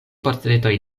portretoj